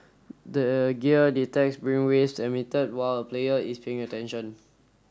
the gear detects brainwaves emitted while a player is paying attention